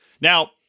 Now